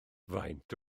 faint